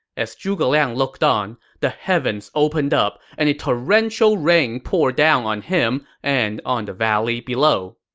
as zhuge liang looked on, the heavens opened up and a torrential rain poured down on him and on the valley below.